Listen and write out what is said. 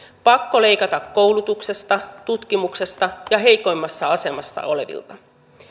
pakko leikata koulutuksesta tutkimuksesta ja heikoimmassa asemassa olevilta